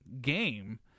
game